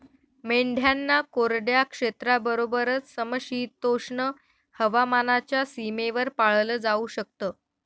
मेंढ्यांना कोरड्या क्षेत्राबरोबरच, समशीतोष्ण हवामानाच्या सीमेवर पाळलं जाऊ शकत